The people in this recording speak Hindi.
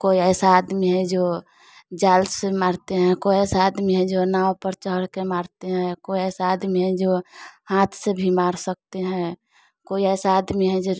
कोई ऐसा आदमी है जो जाल से मारते हैं कोई ऐसा आदमी है जो नाव पर चढ़ कर मारते हैं कोई ऐसा आदमी है जो हाथ से भी मार सकते हैं कोई ऐसा आदमी है जो